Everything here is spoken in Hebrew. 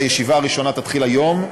הישיבה הראשונה תתחיל היום,